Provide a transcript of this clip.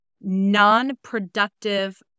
non-productive